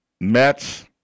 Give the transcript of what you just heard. Mets